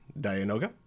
Dianoga